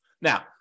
Now